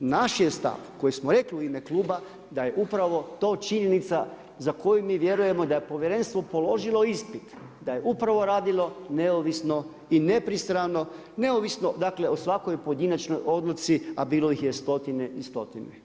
Naš je stav koji smo rekli u ime kluba da je upravo to činjenica za koju mi vjerujemo da je povjerenstvo položilo ispit, da je upravo radilo neovisno i nepristrano neovisno dakle o svakoj pojedinačnoj odluci, a bilo ih je stotine i stotine.